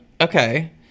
Okay